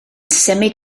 symud